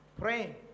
Praying